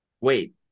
Wait